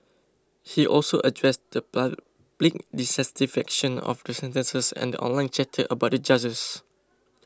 he also addressed the public dissatisfaction of the sentences and online chatter about the judges